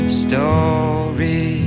story